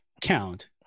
count –